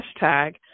hashtag